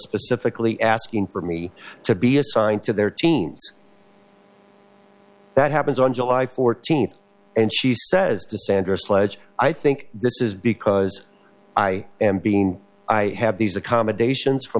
specifically asking for me to be assigned to their teens that happens on july fourteenth and she says to sandra sledge i think this is because i am being i have these accommodations for